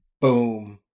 boom